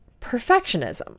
perfectionism